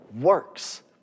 works